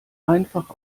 einfach